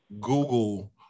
google